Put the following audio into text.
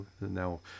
Now